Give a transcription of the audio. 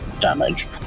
damage